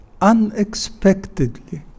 unexpectedly